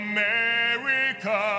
America